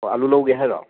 ꯑꯂꯨ ꯂꯧꯒꯦ ꯍꯥꯏꯔꯣ